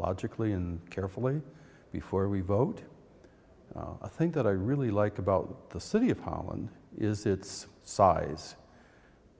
logically and carefully before we vote i think that i really like about the city of holland is its size